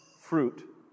fruit